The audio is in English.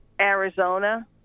Arizona